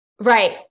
Right